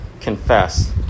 confess